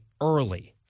early